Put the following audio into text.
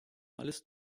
alles